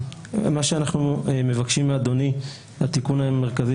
מה שאנחנו מבקשים מאדוני לתיקון המרכזי